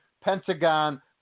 Pentagon